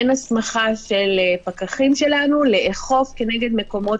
אין הסמכה של פקחים שלנו לאכוף נגד מקומות